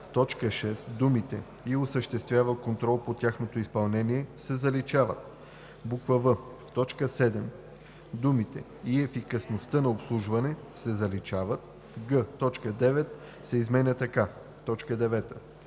в т. 6 думите „и осъществява контрол по тяхното изпълнение“ се заличават; в) в т. 7 думите „и ефикасността на обслужване“ се заличават; г) точка 9 се изменя така: „9.